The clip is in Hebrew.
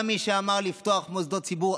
גם מי שאמר לפתוח מוסדות ציבור,